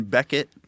Beckett